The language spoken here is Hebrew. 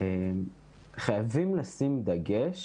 חייבים לשים דגש